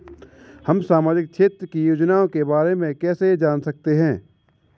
हम सामाजिक क्षेत्र की योजनाओं के बारे में कैसे जान सकते हैं?